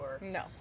No